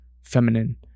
feminine